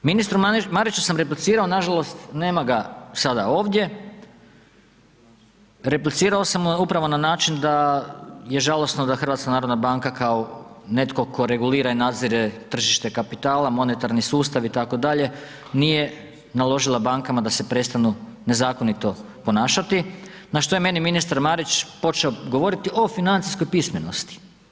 Ministru Mariću sam replicirao, nažalost nema ga sada ovdje, replicirao sam mu upravo na način da je žalosno da HNB kao netko tko regulira i nadzire tržište kapitala, monetarni sustav itd., nije naložila bankama da se prestanu nezakonito ponašati na što je meni ministar Marić počeo govoriti o financijskoj pismenosti.